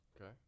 Okay